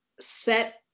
set